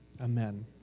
Amen